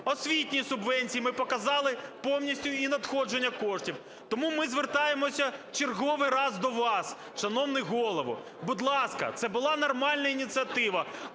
освітній субвенції, ми показали повністю її надходження коштів. Тому ми звертаємося черговий раз до вас, шановний Голово. Будь ласка, це була нормальна ініціатива,